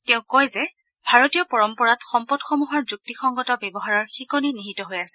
তেওঁ কয় যে ভাৰতীয় পৰম্পৰাত সম্পদসমূহৰ যুক্তিসংগত ব্যৱহাৰৰ শিকনি নিহিত হৈ আছে